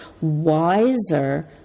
wiser